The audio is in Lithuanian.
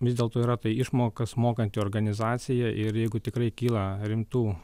vis dėlto yra tai išmokas mokanti organizacija ir jeigu tikrai kyla rimtų